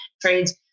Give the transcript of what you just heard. trades